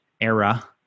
era